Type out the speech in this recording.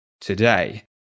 today